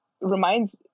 reminds